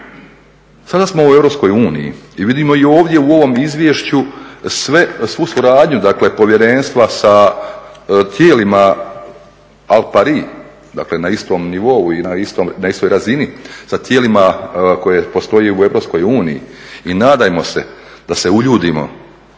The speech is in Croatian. Sada smo u EU i vidimo i ovdje u ovom izvješću svu suradnju, dakle Povjerenstva sa tijelima …, dakle na istom nivou i na istoj razini, sa tijelima … postoji u EU i nadajmo se da se uljudimo